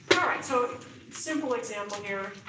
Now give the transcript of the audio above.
alright, so simple example here,